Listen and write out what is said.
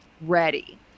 ready